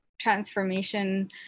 transformation